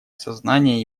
осознания